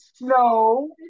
No